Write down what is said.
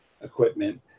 equipment